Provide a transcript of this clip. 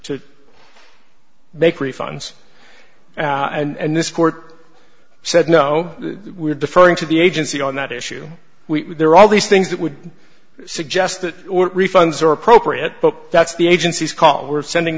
to make refunds and this court said no we're deferring to the agency on that issue we were all these things that would suggest that refunds are appropriate but that's the agency's call we're sending